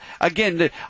again